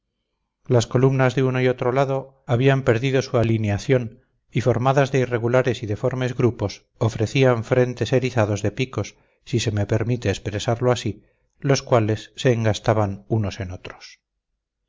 las columnas de uno y otro lado habían perdido su alineación y formadas de irregulares y deformes grupos ofrecían frentes erizados de picos si se me permite expresarlo así los cuales se engastaban unos en otros